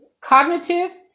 cognitive